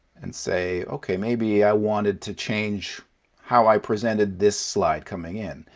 and, say, okay, maybe i wanted to change how i presented this slide coming in.